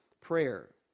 prayer